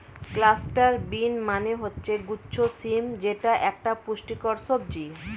cluster bean মানে হচ্ছে গুচ্ছ শিম যেটা একটা পুষ্টিকর সবজি